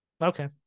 Okay